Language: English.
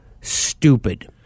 stupid